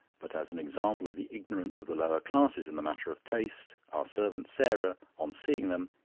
but as an example of the ignorance of the lower classes in the matter of taste, our servant, sarah, on seeing them,